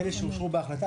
לגבי אלה שאושרו בהחלטה?